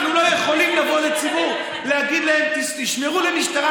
אנחנו לא יכולים לבוא לציבור ולהגיד להם: תשמעו למשטרה,